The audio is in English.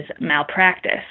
malpractice